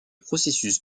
processus